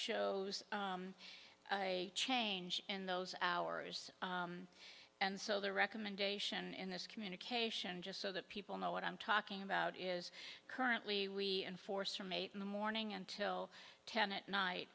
shows a change in those hours and so the recommendation in this communication just so that people know what i'm talking about is currently we enforce from eight in the morning until ten at night